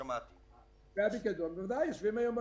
כספי הפיקדון יושבים היום בממשלה.